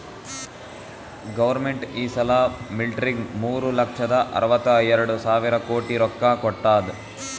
government ಈ ಸಲಾ ಮಿಲ್ಟ್ರಿಗ್ ಮೂರು ಲಕ್ಷದ ಅರ್ವತ ಎರಡು ಸಾವಿರ ಕೋಟಿ ರೊಕ್ಕಾ ಕೊಟ್ಟಾದ್